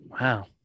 Wow